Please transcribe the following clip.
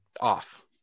Off